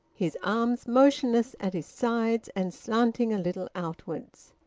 his arms motionless at his sides, and slanting a little outwards.